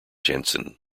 jensen